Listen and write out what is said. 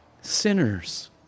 sinners